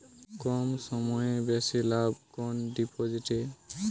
কম সময়ে বেশি লাভ কোন ডিপোজিটে?